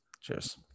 Cheers